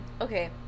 okay